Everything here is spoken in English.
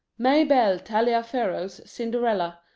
mabel taliaferro's cinderella,